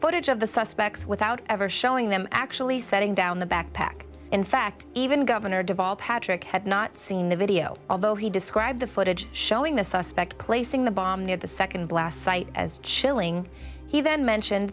footage of the suspects without ever showing them actually setting down the backpack in fact even governor deval patrick had not seen the video although he described the footage showing the suspect placing the bomb near the second blast site as chilling he then mentioned